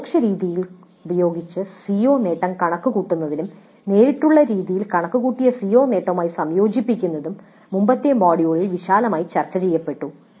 പരോക്ഷ രീതി ഉപയോഗിച്ച് CO നേട്ടം കണക്കുകൂട്ടുന്നതും നേരിട്ടുള്ള രീതികളിൽ കണക്കുകൂട്ടിയ CO നേട്ടവുമായി സംയോജിപ്പിക്കുന്നതും മുമ്പത്തെ മൊഡ്യൂളിൽ വിശാലമായി ചർച്ചചെയ്യപ്പെട്ടു